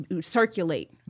circulate